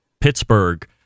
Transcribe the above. Pittsburgh